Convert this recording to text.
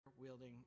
wielding